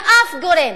אף גורם